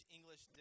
English